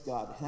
God